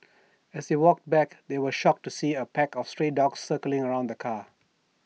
as they walked back they were shocked to see A pack of stray dogs circling around the car